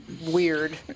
weird